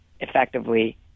effectively